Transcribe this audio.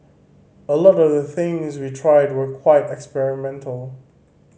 a lot of the things we tried were quite experimental